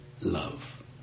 love